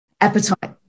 appetite